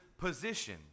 position